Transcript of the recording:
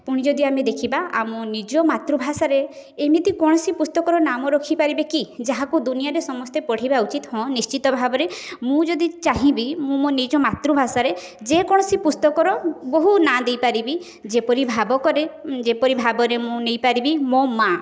ପୁଣି ଯଦି ଆମେ ଦେଖିବା ଆମ ନିଜ ମାତୃଭାଷାରେ ଏମିତି କୌଣସି ପୁସ୍ତକର ନାମ ରଖିପାରିବେ କି ଯାହାକୁ ଦୁନିଆର ସମସ୍ତେ ପଢ଼ିବା ଉଚିତ୍ ହଁ ନିଶ୍ଚିତ ଭାବରେ ମୁଁ ଯଦି ଚାହିଁବି ମୁଁ ମୋ ନିଜ ମାତୃଭାଷାରେ ଯେକୋୖଣସି ପୁସ୍ତକର ବହୁ ନାଁ ଦେଇପାରିବି ଯେପରି ଭାବ କରେ ଯେପରି ଭାବରେ ମୁଁ ନେଇପାରିବି ମୋ ମା